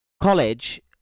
college